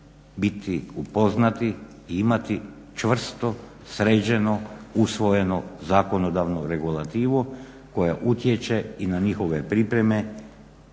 biti upoznati i imati čvrsto, sređeno, usvojeno zakonodavnu regulativu koja utječe i na njihove pripreme,